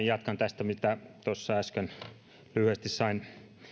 jatkan tästä mitä tuossa äsken lyhyesti sain